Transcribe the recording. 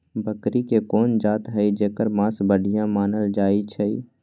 बकरी के कोन जात हई जेकर मास बढ़िया मानल जाई छई?